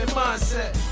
mindset